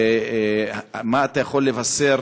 מה אתה יכול לבשר